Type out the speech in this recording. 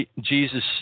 Jesus